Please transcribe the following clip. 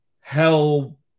hell